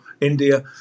India